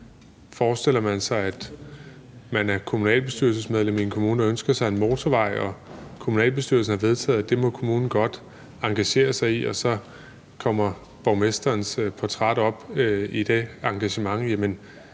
Forestiller man sig, at man er kommunalbestyrelsesmedlem i en kommune og ønsker sig en motorvej, og kommunalbestyrelsen har vedtaget, at det må kommunen godt engagere sig i, og så kommer borgmesterens portræt op i det engagement,